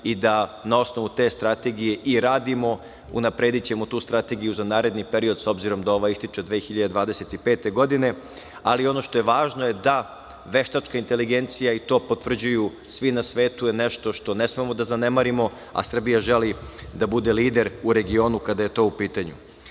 i da na osnovu te strategije radimo. Unapredićemo tu Strategiju za naredni period, s obzirom da ova ističe 2025. godine, ali važno je da veštačku inteligenciju, i to potvrđuju svi na svetu, ne smemo da zanemarimo, a Srbija želi da bude lider u regionu kada je to u pitanju. Pred